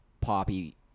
poppy